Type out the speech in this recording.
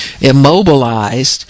immobilized